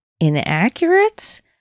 inaccurate